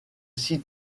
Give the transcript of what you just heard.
six